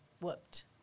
whooped